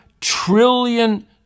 trillion